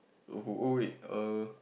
oh wait err